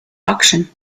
auction